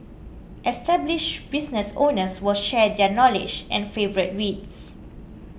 established businesses owners will share their knowledge and favourite reads